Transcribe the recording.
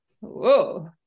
whoa